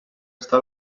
està